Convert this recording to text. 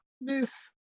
Miss